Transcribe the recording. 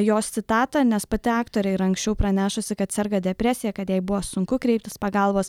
jos citatą nes pati aktorė yra anksčiau pranešusi kad serga depresija kad jai buvo sunku kreiptis pagalbos